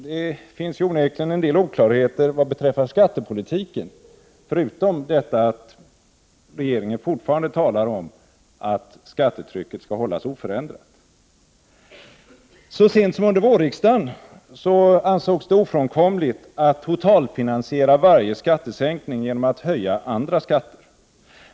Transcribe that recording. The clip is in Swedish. Det finns onekligen en del oklarheter vad gäller skattepolitiken — förutom detta att regeringen fortfarande talar om att skattetrycket skall hållas oförändrat. Så sent som under vårriksdagen ansågs det ofrånkomligt att totalfinansiera varje skattesänkning genom att höja andra skatter.